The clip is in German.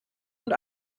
und